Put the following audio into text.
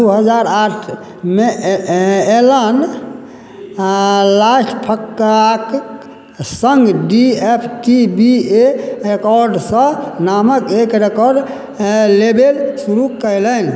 दू हजार आठ मे ए ए एलन हँ लास्टफ्काक सङ्ग D F T B A रेकॉर्ड्सँ नामक एक रेकॉर्ड लेबेल शुरू कयलनि